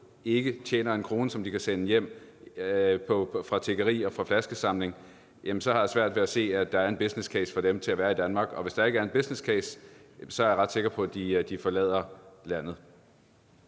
ikke tjener en krone, som de kan sende hjem, på tyverier og på flaskeindsamling, jamen så har jeg svært ved at se, at der er en business case for dem til at være i Danmark. Og hvis der ikke er en business case, er jeg ret sikker på, at de forlader landet.